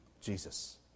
Jesus